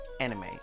anime